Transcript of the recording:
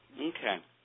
Okay